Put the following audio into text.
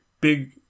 big